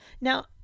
Now